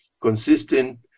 consistent